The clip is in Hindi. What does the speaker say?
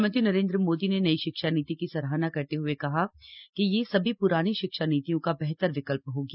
प्रधानमंत्री नरेन्द्र मोदी ने नई शिक्षा नीति की सराहना करते हए कहा है कि यह सभी प्रानी शिक्षा नीतियों का बेहतर विकल्प होगी